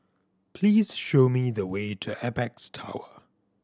please show me the way to Apex Tower